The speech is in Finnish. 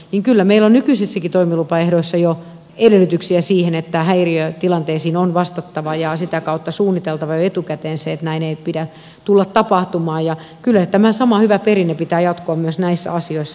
kyllä meillä on nykyisissäkin toimilupaehdoissa jo edellytyksiä sille että häiriötilanteisiin on vastattava ja sitä kautta suunniteltava jo etukäteen se että näin ei pidä tulla tapahtumaan ja kyllä tämän saman hyvän perinteen pitää jatkua myös näissä asioissa